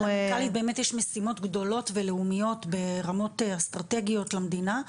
למנכ"לית יש משימות גדולות ולאומיות ברמות אסטרטגיות למדינה.